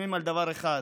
מסכימים על דבר אחד: